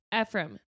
Ephraim